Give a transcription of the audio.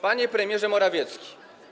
Panie Premierze Morawiecki!